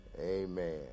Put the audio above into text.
Amen